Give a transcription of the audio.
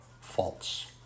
false